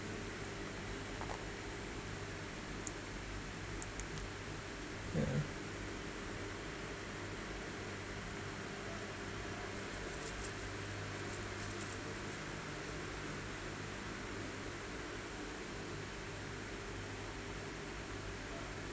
yeah